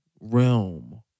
realm